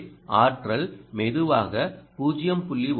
ஆகவே ஆற்றல் மெதுவாக 0